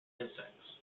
insects